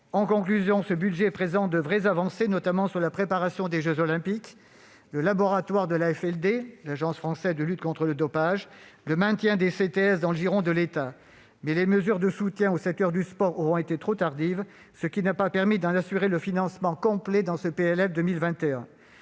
En conclusion, ce budget présente de vraies avancées, notamment sur la préparation des jeux Olympiques, le laboratoire de l'Agence française de lutte contre le dopage (AFLD) et le maintien des conseillers techniques sportifs (CTS) dans le giron de l'État. Toutefois, les mesures de soutien au secteur du sport auront été trop tardives, ce qui n'a pas permis d'en assurer le financement complet dans le PLF pour